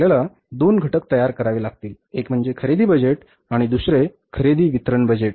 तर आपल्याला दोन घटक तयार करावे लागतील एक म्हणजे खरेदी बजेट आणि खरेदी वितरण बजेट